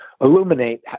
illuminate